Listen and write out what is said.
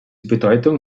bedeutung